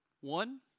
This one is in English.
One